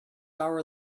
hour